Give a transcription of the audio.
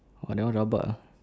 !wah! that one rabak ah